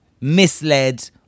misled